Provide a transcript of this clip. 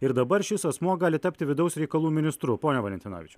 ir dabar šis asmuo gali tapti vidaus reikalų ministru pone valentinavičiau